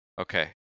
Okay